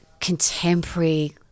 contemporary